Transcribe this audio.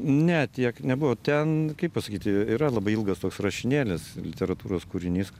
ne tiek nebuvo ten kaip pasakyti yra labai ilgas toks rašinėlis literatūros kūrinys